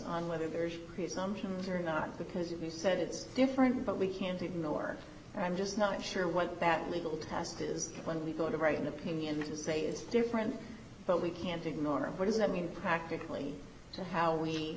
on whether there's presumption here or not because we said it's different but we can't ignore it i'm just not sure what that legal task is when we go to write an opinion to say it's different but we can't ignore it what does that mean practically to how we